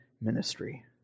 ministry